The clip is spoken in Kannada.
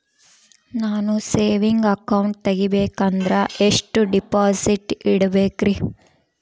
ನಾನು ಸೇವಿಂಗ್ ಅಕೌಂಟ್ ತೆಗಿಬೇಕಂದರ ಎಷ್ಟು ಡಿಪಾಸಿಟ್ ಇಡಬೇಕ್ರಿ?